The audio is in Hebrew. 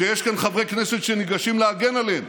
שיש כאן חברי כנסת שניגשים להגן עליהם,